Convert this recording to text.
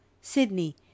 Sydney